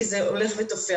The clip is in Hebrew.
כי זה הולך ותופח.